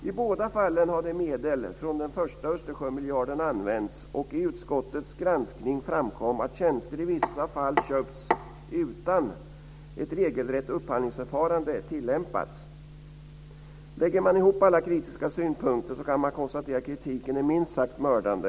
I båda fallen har medel från den första Östersjömiljarden använts och i utskottets granskning framkom att tjänster i vissa fall köpts utan att ett regelrätt upphandlingsförfarande tillämpats. Lägger man ihop alla kritiska synpunkter kan man konstatera att kritiken är minst sagt mördande.